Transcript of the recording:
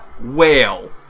Whale